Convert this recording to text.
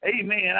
amen